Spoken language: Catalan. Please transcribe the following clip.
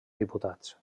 diputats